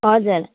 हजुर